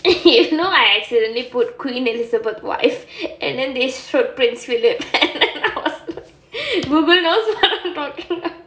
you know I accidentally put queen elizabeth wife and then they show prince william and then I was like Google knows what I am talking abou~